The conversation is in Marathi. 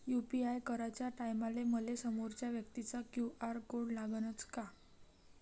यू.पी.आय कराच्या टायमाले मले समोरच्या व्यक्तीचा क्यू.आर कोड लागनच का?